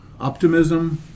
optimism